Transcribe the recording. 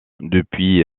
depuis